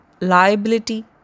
liability